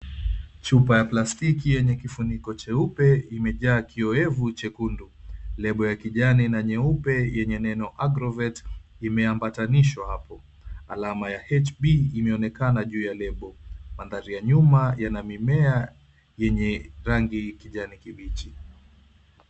Chupa ya plastiki yenye kifuniko cheupe imejaa kiyoevu chekundu. Lebo ya kijani ina nyeupe yenye neno, "Agrovet" imeambatanishwa hapo. Alama ya, "HB", imeonekana juu ya lebo. Mandhari ya nyuma yana mimea yenye rangi kijani kibichi.